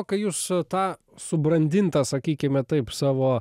o kai jūs tą subrandintą sakykime taip savo